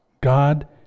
God